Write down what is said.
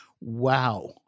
wow